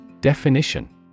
Definition